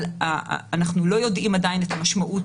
אבל אנחנו לא יודעים עדיין את המשמעות